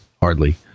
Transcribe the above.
hardly